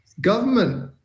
government